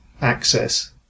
access